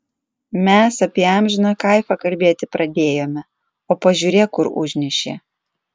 mes apie amžiną kaifą kalbėti pradėjome o pažiūrėk kur užnešė